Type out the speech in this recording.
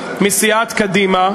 מסיעת קדימה,